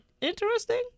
interesting